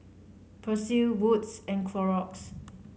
Persil Wood's and Clorox